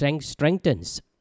strengthens